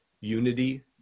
unity